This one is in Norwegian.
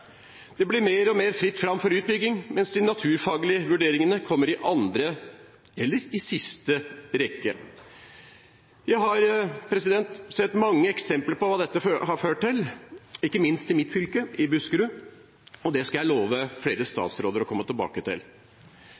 Det blir mer og mer fritt fram for utbygging, mens de naturfaglige vurderingene kommer i andre eller siste rekke. Jeg har sett mange eksempler på hva dette har ført til, ikke minst i mitt fylke, i Buskerud. Det skal jeg love flere statsråder å komme tilbake til.